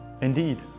Indeed